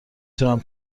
تونم